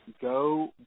Go